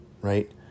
right